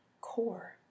core